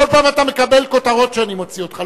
כל פעם אתה מקבל כותרות כשאני מוציא אותך.